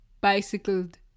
bicycled